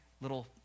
little